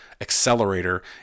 accelerator